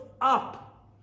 up